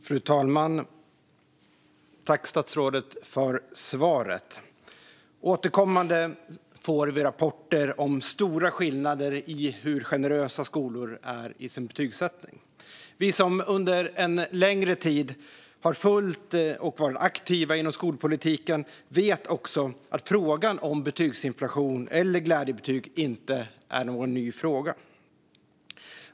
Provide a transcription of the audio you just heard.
Fru talman! Tack för svaret, statsrådet! Återkommande får vi rapporter om stora skillnader i hur generösa skolor är i sin betygsättning. Vi som under en längre tid har följt och varit aktiva inom skolpolitiken vet också att frågan om betygsinflation eller glädjebetyg inte är en ny fråga.